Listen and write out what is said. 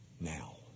now